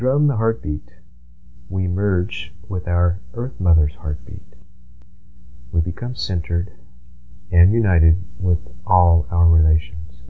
draw the heartbeat we merge with our earth mother's heart will become centered and united with all our relations